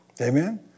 Amen